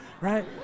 Right